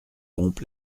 pompe